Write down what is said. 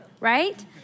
right